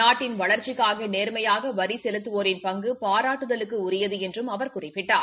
நாட்டின் வளர்ச்சிக்காக நேர்மையாக வரி செலுத்துவோரின் பங்கு பராட்டுதலுக்குரியது என்றும் அவர் குறிப்பிட்டார்